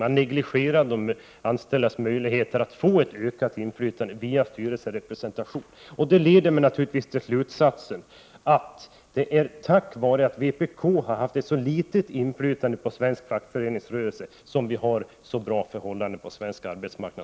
Man negligerade de anställdas möjligheter att få ett ökat 97 inflytande via styrelserepresentation. Detta leder mig naturligtvis till slutsatsen att det är tack vare att vpk haft ett så litet inflytande på svensk fackföreningsrörelse som vi har så bra förhållanden på svensk arbetsmarknad.